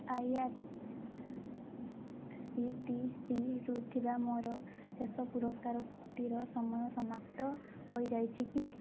ଆଇଆର୍ସିଟିସିରୁ ଥିବା ମୋର ଶେଷ ପୁରସ୍କାରଟିର ସମୟ ସମାପ୍ତ ହେଇଯାଇଛି କି